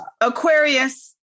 Aquarius